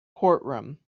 courtroom